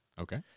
Okay